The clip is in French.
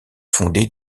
fondé